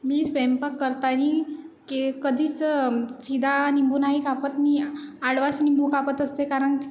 मी स्वयंपाक करताना के कधीच सीधा नींबू नाही कापत मी आडवास नींबू कापत असते कारण